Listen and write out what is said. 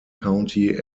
county